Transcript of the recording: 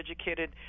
educated